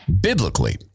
biblically